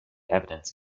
evidence